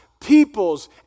peoples